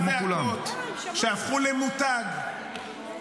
ואותן זעקות --- אבל נגמר הזמן.